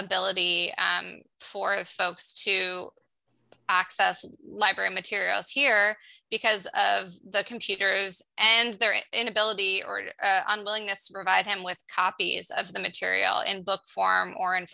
ability for the folks to access library materials here because of the computers and their inability or unwillingness to provide him with copies of the material in book form or and